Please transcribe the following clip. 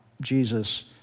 Jesus